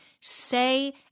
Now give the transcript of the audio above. say